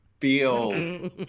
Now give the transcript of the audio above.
feel